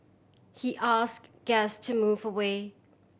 he asked guest to move away